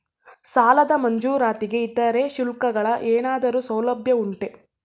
ಸಾಲದ ಮಂಜೂರಾತಿಗೆ ಇತರೆ ಶುಲ್ಕಗಳ ಏನಾದರೂ ಸೌಲಭ್ಯ ಉಂಟೆ?